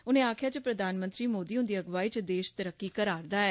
उन्ने आखेया जे प्रधानमंत्री मोदी हुन्दी अग्वाई च देश तरक्की करा र दा ऐ